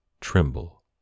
tremble